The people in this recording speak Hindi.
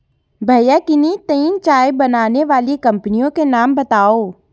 भैया किन्ही तीन चाय बनाने वाली कंपनियों के नाम बताओ?